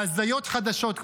להזיות חדשות,